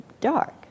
dark